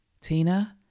Tina